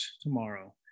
tomorrow